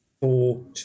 four